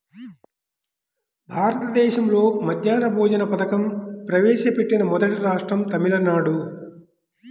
భారతదేశంలో మధ్యాహ్న భోజన పథకం ప్రవేశపెట్టిన మొదటి రాష్ట్రం తమిళనాడు